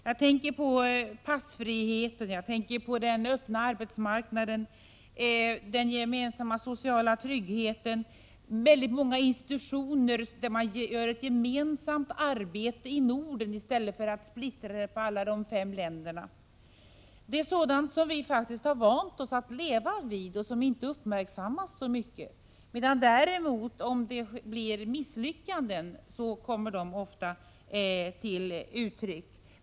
Jag tänker på passfriheten, på den öppna arbetsmarknaden, på den gemensamma sociala tryggheten och på de många institutioner där man gör ett arbete som är gemensamt för Norden i stället för att splittra det på alla de fem länderna. Sådant har vi vant oss att leva med, och det uppmärksammas inte så mycket. Om vi misslyckas uppmärksammas det däremot.